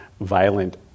violent